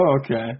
okay